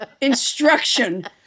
instruction